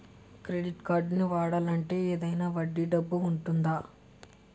Credit కార్డ్ని వాడాలి అంటే ఏదైనా వడ్డీ డబ్బు ఉంటుందా?